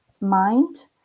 mind